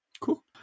Cool